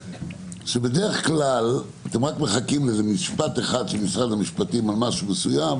שבדרך כלל אתם רק מחכים לאיזה משפט אחד של משרד המשפטים ממש מסוים,